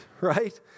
right